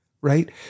right